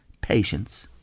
patience